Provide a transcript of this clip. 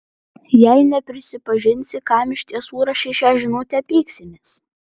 jei neprisipažinsi kam iš tiesų rašei šią žinutę pyksimės